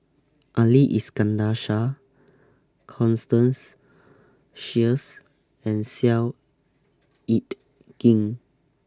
Ali Iskandar Shah Constance Sheares and Seow Yit Kin